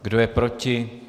Kdo je proti?